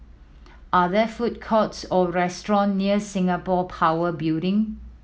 are there food courts or restaurant near Singapore Power Building